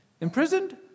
Imprisoned